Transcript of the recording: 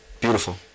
Beautiful